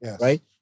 right